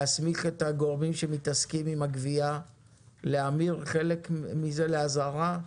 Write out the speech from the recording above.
להסמיך את הגורמים שמתעסקים עם הגבייה להמיר חלק מזה לאזהרה?